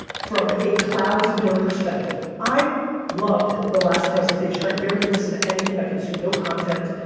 from a clouds and dirt perspective. i loved the last presentation. i barely listen to anything. i consume no content,